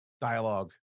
dialogue